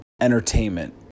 entertainment